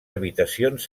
habitacions